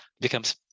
becomes